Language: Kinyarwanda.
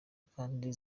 kandi